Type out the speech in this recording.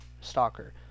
stalker